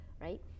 right